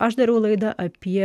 aš dariau laidą apie